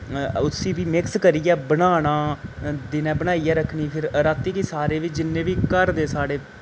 उसी फ्ही मिक्स करियै बनाना दिनै बनाइयै रक्खनी फिर रातीं गी सारे बी जिन्ने बी घर दे साढ़े